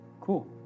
cool